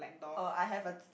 oh I have a